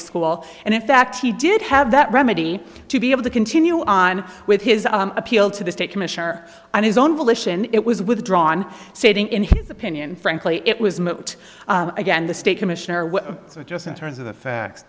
school and in fact he did have that remedy to be able to continue on with his appeal to the state commissioner on his own volition it was withdrawn sitting in his opinion frankly it was moot again the state commissioner was so just in terms of the facts